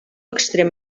extrem